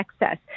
excess